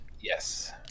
Yes